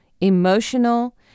emotional